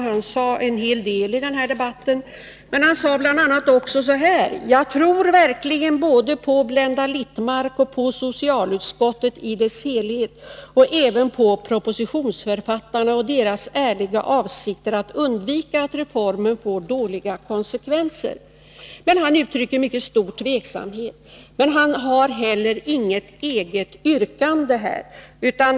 Han sade en hel del i den debatten, bl.a. så här: ”Jag tror verkligen både på Blenda Littmarck och på socialutskottet i dess helhet, och även på propositionsförfattarna och deras ärliga avsikter att undvika att reformen får dåliga konsekvenser.” Men han uttryckte ändå mycket stor tveksamhet. Han hade emellertid inte något eget yrkande på den här punkten.